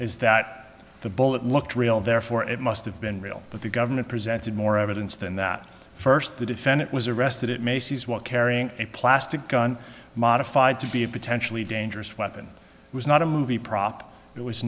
is that the bullet looked real therefore it must have been real but the government presented more evidence than that first the defendant was arrested at macy's what carrying a plastic gun modified to be a potentially dangerous weapon was not a movie prop it was